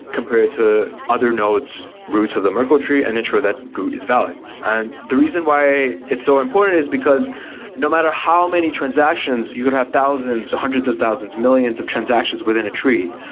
compare it to other nodes, roots of the merkel tree and make sure that is valid and the reason why it's so important is because no matter how many transactions, you could have thousands or hundreds of thousands, millions of transactions within a tree.